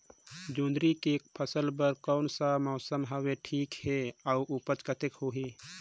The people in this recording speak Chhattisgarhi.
जोंदरी के फसल बर कोन सा मौसम हवे ठीक हे अउर ऊपज कतेक होही?